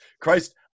Christ